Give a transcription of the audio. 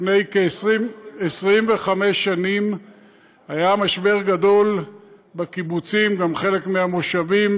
לפני כ-25 שנים היה משבר גדול בקיבוצים וגם בחלק מהמושבים,